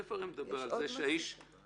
(א) הרי מדבר על כך שהאיש ברח